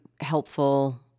helpful